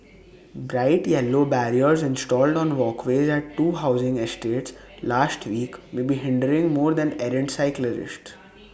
bright yellow barriers installed on walkways at two housing estates last week may be hindering more than errant cyclists